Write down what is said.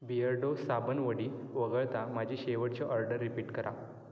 Beardo साबण वडी वगळता माझी शेवटची ऑर्डर रिपीट करा